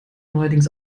neuerdings